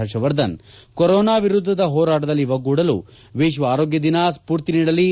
Harshvardhan corona ವಿರುದ್ಲದ ಹೋರಾಟದಲ್ಲಿ ಒಗ್ಗೂಡಲು ವಿಶ್ವ ಆರೋಗ್ಯ ದಿನ ಸ್ವೂರ್ತಿ ನೀಡಲಿ